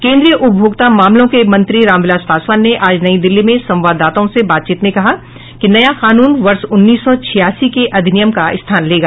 केन्द्रीय उपभोक्ता मामलों के मंत्री रामविलास पासवान ने आज नई दिल्ली में संवाददाताओं से बातचीत में कहा कि नया कानून वर्ष उन्नीस सौ छियासी के अधिनियम का स्थान लेगा